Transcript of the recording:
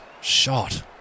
Shot